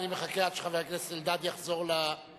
אני מחכה עד שחבר הכנסת אלדד יחזור למקומו,